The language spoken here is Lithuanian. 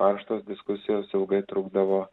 karštos diskusijos ilgai trukdavo